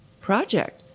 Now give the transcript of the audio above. project